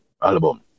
album